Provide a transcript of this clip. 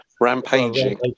rampaging